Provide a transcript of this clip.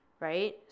right